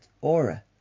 aura